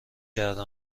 کرده